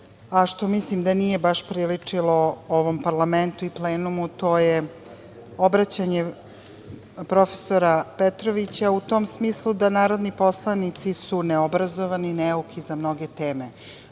a što mislim da nije baš priličilo ovom parlamentu i plenumu, to je obraćanje profesora Petrovića u tom smislu da su narodni poslanici neobrazovani, neuki za mnoge teme.